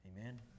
Amen